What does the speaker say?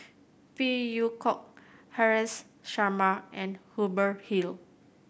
Phey Yew Kok Haresh Sharma and Hubert Hill